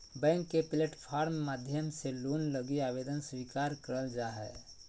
bank के platform माध्यम से लोन लगी आवेदन स्वीकार करल जा हय